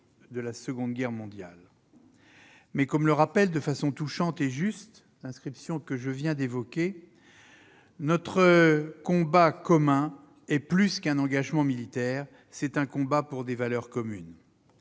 de la Seconde Guerres mondiales. Mais, comme le rappelle de façon touchante et juste l'inscription que j'évoquais, notre combat commun est plus qu'un engagement militaire : c'est un combat pour des valeurs communes.